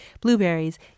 blueberries